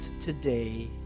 today